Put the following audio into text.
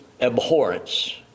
abhorrence